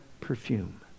perfume